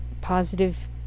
positive